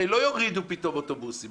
הרי לא יורידו פתאום אוטובוסים,